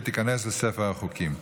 ותיכנס לספר החוקים.